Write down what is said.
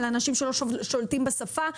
על אנשים שלא שולטים בשפה,